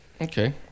Okay